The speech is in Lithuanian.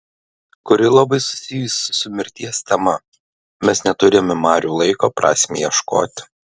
kuri labai susijusi su mirties tema mes neturime marių laiko prasmei ieškoti